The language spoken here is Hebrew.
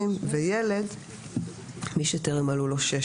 ישע" מי שמחמת גילו,